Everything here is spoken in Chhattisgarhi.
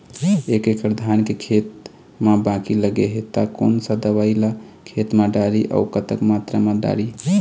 एक एकड़ धान के खेत मा बाकी लगे हे ता कोन सा दवई ला खेत मा डारी अऊ कतक मात्रा मा दारी?